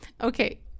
Okay